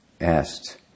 asked